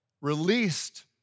released